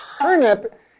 turnip